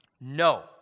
No